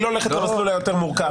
היא לא הולכת למסלול היותר מורכב.